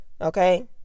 Okay